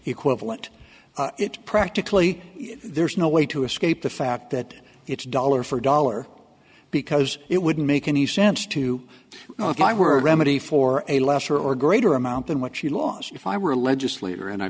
equivalent it's practically there's no way to escape the fact that it's dollar for dollar because it wouldn't make any sense to apply were a remedy for a lesser or greater amount than what she lost if i were a legislator and i